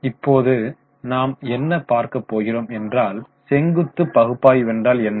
இப்போது நாம் என்ன பார்க்க போகிறோம் என்றால் செங்குத்து பகுப்பாய்வு என்றால் என்ன